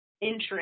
interest